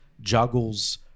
juggles